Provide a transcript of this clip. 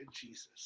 Jesus